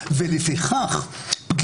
פה בלב ליבה של העיר ירושלים שורפים פעם